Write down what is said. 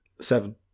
Seven